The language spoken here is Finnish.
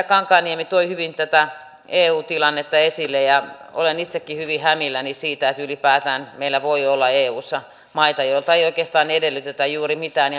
kankaanniemi toi hyvin tätä eu tilannetta esille ja olen itsekin hyvin hämilläni siitä että ylipäätään meillä voi olla eussa maita joilta ei oikeastaan edellytetä juuri mitään